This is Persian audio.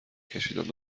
کشیدند